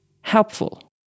helpful